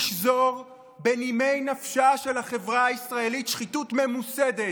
לשזור בנימי נפשה של החברה הישראלית שחיתות ממוסדת,